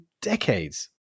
decades